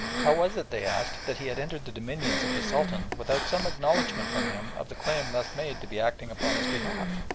how was it, they asked, that he had entered the dominions of the sultan without some acknowledgment from him of the claim thus made to be acting upon his behalf?